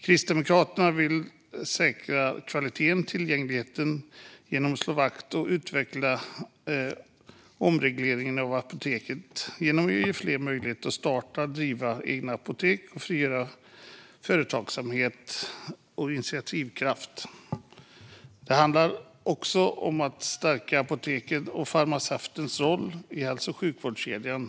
Kristdemokraterna vill säkra kvaliteten och tillgängligheten genom att slå vakt om och utveckla omregleringen av apoteken. Genom att ge fler möjlighet att starta och driva egna apotek frigörs företagsamhet och initiativkraft. Det handlar också om att stärka apotekens och farmaceutens roll i hälso och sjukvårdskedjan.